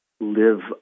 live